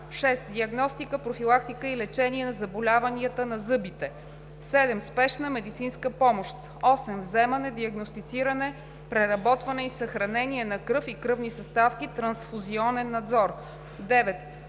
6. диагностика, профилактика и лечение на заболяванията на зъбите; 7. спешна медицинска помощ; 8. вземане, диагностициране, преработване и съхранение на кръв и кръвни съставки, трансфузионен надзор; 9.